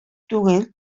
түгел